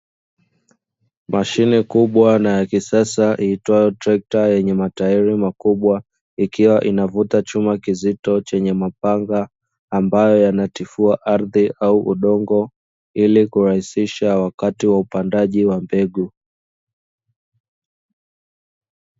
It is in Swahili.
Mashine kubwa na ya kisasa iitwayo trekta yenye matairi makubwa ikiwa inavuta chuma kizito chenye mapanga, ambayo yanatifua ardhi au udongo ili kurahisisha wakati wa upandaji wa mbegu.